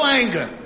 anger